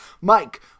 Mike